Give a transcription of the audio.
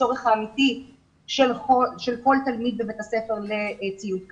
לצורך האמיתי של כל תלמיד בבית הספר לציוד קצה.